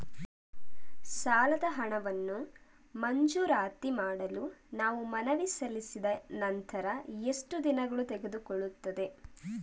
ಸಾಲದ ಹಣವನ್ನು ಮಂಜೂರಾತಿ ಮಾಡಲು ನಾವು ಮನವಿ ಸಲ್ಲಿಸಿದ ನಂತರ ಎಷ್ಟು ದಿನ ತೆಗೆದುಕೊಳ್ಳುತ್ತದೆ?